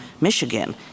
Michigan